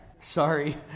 Sorry